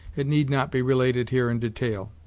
it need not be related here in detail.